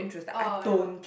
ah you know